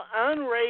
unrated